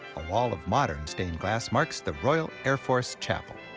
a wall of modern stained glass marks the royal airforce chapel.